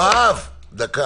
יואב, דקה.